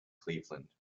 cleveland